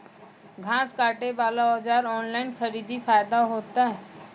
घास काटे बला औजार ऑनलाइन खरीदी फायदा होता?